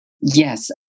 Yes